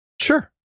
Sure